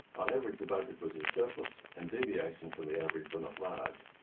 on average the budget was in surplus and deviations from the average were not large.